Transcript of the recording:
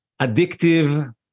addictive